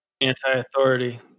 Anti-authority